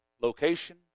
location